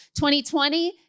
2020